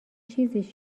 چیزیش